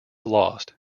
lost